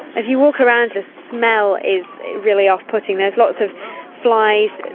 as you walk around the smell is really off-putting, there's lots of flies. and